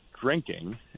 drinking